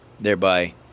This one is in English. thereby